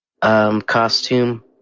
Costume